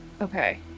okay